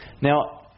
Now